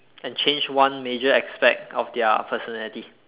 and change one major aspect of their personality